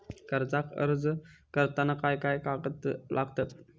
कर्जाक अर्ज करताना काय काय कागद लागतत?